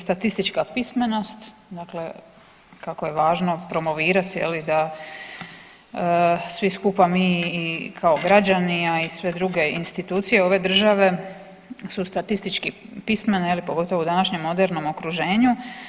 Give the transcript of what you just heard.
Statistička pismenost, dakle kako je važno promovirati je li da svi skupa mi i kao građani, a i sve druge institucije ove države su statistički pismene je li pogotovo u današnjem modernom okruženju.